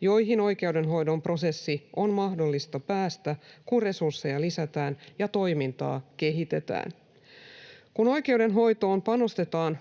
joihin oikeudenhoidon prosessin on mahdollista päästä, kun resursseja lisätään ja toimintaa kehitetään. Kun oikeudenhoitoon panostetaan